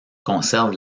conserve